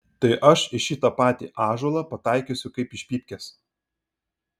tai aš į šitą patį ąžuolą pataikysiu kaip iš pypkės